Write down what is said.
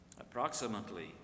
Approximately